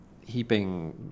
heaping